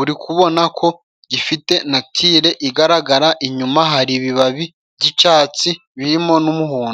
uri kubona ko gifite natire igaragara, inyuma hari ibibabi by'icatsi birimo n'umuhondo.